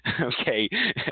okay